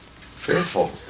Fearful